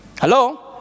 Hello